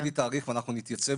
את רק תגידי תאריך ואנחנו נתייצב,